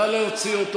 תתבייש לך.